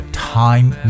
time